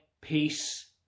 peace